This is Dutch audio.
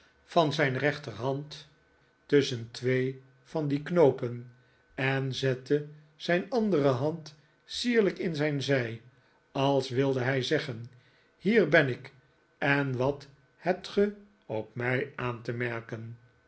van zijn rechterhand tusschen twee van die knoopen en zette zijn andere hand sierlijk in zijn zij als wilde hij zeggen hier ben ik en wat hebt ge op mij aan te merken